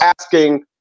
asking